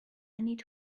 need